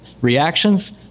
reactions